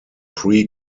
pre